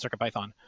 CircuitPython